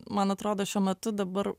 man atrodo šiuo metu dabar